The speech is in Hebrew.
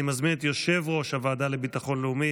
אני מזמין את יושב-ראש הוועדה לביטחון לאומי